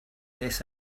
this